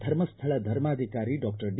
ಧರ್ಮಸ್ಥಳ ಧರ್ಮಾಧಿಕಾರಿ doctor D